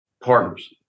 partners